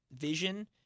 Vision